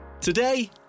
Today